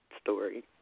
story